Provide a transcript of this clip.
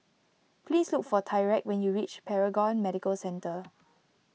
please look for Tyreke when you reach Paragon Medical Centre